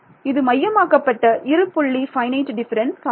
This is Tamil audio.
ஆகவே இது மையமாக்கப்பட்ட இரு புள்ளி ஃபைனைட் டிஃபரன்ஸ் ஆகும்